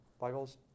Bibles